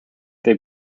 they